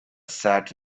sat